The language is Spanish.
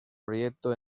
proyecto